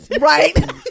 right